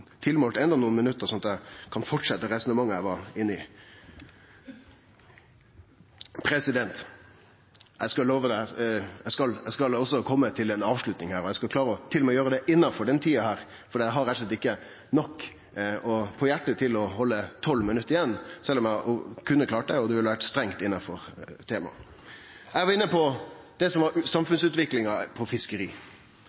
til enda nokre minutt slik at eg kan fortsetje resonnementet eg var inne i. Eg skal love at eg også skal kome til ei avslutting her, og eg skal til og med klare å gjere det innanfor taletida, for eg har rett og slett ikkje nok på hjartet til å halde på 12 minutt til – sjølv om eg kunne klart det, og det ville vore strengt innanfor temaet. Eg var inne på det som